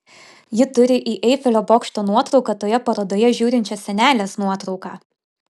ji turi į eifelio bokšto nuotrauką toje parodoje žiūrinčios senelės nuotrauką